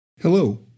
Hello